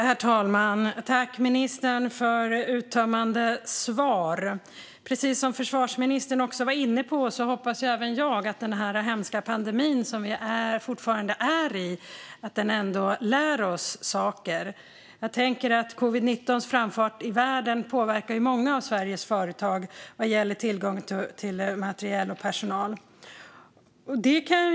Herr talman! Tack, ministern, för uttömmande svar! Precis som försvarsministern var inne på hoppas jag att denna hemska pandemi, som vi fortfarande är i, ändå lär oss saker. Covid-19:s framfart i världen påverkar ju många av Sveriges företag vad gäller tillgång till materiel och personal.